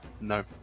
No